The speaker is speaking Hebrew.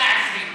מה-120.